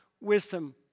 wisdom